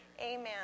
amen